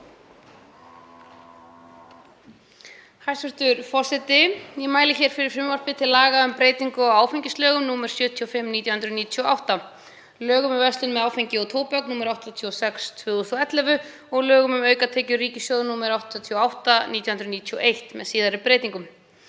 Hæstv. forseti. Ég mæli hér fyrir frumvarpi til laga um breytingu á áfengislögum, nr. 75/1998, lögum um verslun með áfengi og tóbak, nr. 86/2011, og lögum um aukatekjur ríkissjóðs, nr. 88/1991, með síðari breytingum.